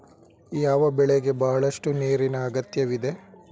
ಯಾವ ಬೆಳೆಗೆ ಬಹಳಷ್ಟು ನೀರಿನ ಅಗತ್ಯವಿದೆ?